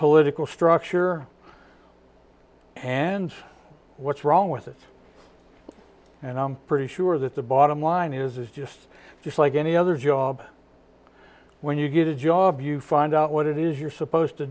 political structure and what's wrong with it and i'm pretty sure that the bottom line is it's just it's like any other job when you get a job you find out what it is you're supposed to